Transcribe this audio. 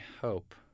hope